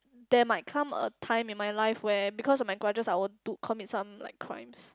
there might come a time in my life where because of my grudges I would to commit some like crimes